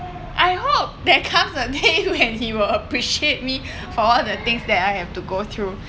I hope there comes a day when he will appreciate me for all the things that I have to go through